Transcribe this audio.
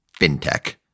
fintech